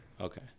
Okay